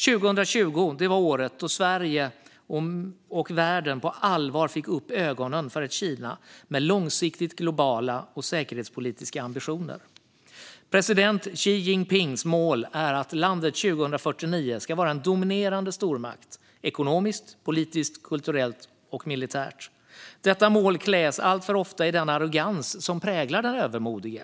2020 var året då Sverige och världen på allvar fick upp ögonen för ett Kina med långsiktigt globala och säkerhetspolitiska ambitioner. President Xi Jinpings mål är att landet 2049 ska vara en dominerande stormakt ekonomiskt, politiskt, kulturellt och militärt. Detta mål kläs alltför ofta i den arrogans som präglar den övermodige.